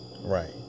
Right